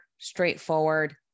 straightforward